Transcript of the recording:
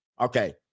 Okay